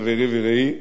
חברי ורעי,